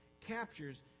captures